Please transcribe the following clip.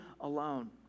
alone